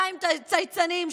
200 צייצנים,